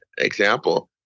example